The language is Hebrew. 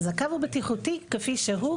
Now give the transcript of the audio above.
אז הקו הוא בטיחותי כפי שהוא,